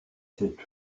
cette